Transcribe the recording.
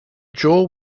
jaw